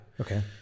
okay